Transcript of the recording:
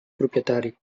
propietari